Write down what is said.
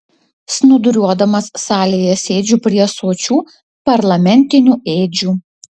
snūduriuodamas salėje sėdžiu prie sočių parlamentinių ėdžių